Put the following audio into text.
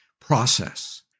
process